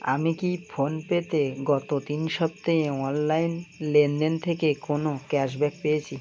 আমি কি ফোনপেতে গত তিন সপ্তাহে অনলাইন লেনদেন থেকে কোনো ক্যাশব্যাক পেয়েছি